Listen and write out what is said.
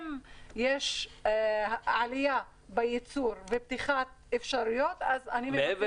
אם יש עלייה בייצור ופתיחת אפשרויות --- מעבר